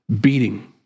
beating